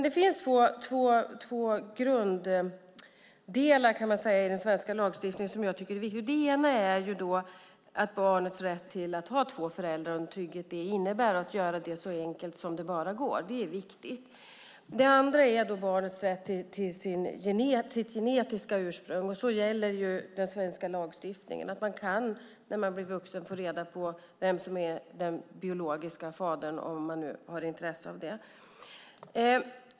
Det finns två grunddelar i den svenska lagstiftningen som jag tycker är viktiga. Den ena är barnets rätt att ha två föräldrar och den trygghet som det innebär att göra det så enkelt som det bara går. Det är viktigt. Den andra är barnets rätt till sitt genetiska ursprung. Där gäller den svenska lagstiftningen. Man kan, när man blir vuxen, ta reda på vem som är den biologiska fadern, om man nu har intresse av det.